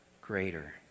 greater